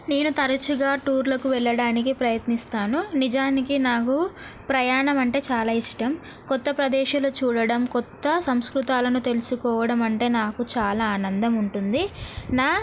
నేను తరచుగా టూర్లకు వెళ్ళడానికి ప్రయత్నిస్తాను నిజానికి నాకు ప్రయాణం అంటే చాలా ఇష్టం కొత్త ప్రదేశాలు చూడడం కొత్త సంస్కృతులను తెలుసుకోవడం అంటే నాకు చాలా ఆనందం ఉంటుంది నా